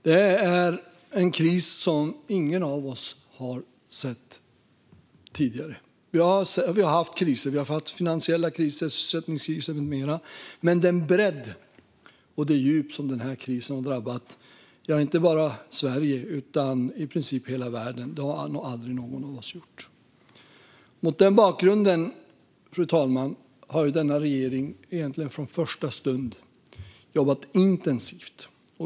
Detta är en kris som ingen av oss har sett tidigare. Vi har haft finansiella kriser, sysselsättningskriser med mera, men den bredd och det djup som den här krisen har drabbat inte bara Sverige utan i princip hela världen med har nog ingen av oss någonsin sett. Mot den bakgrunden, fru talman, har denna regering från första stund jobbat intensivt.